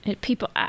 people